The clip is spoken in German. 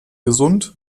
gesund